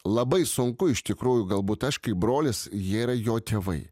labai sunku iš tikrųjų galbūt aš kaip brolis jie yra jo tėvai